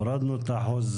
הורדנו את אחוז